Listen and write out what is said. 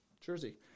Jersey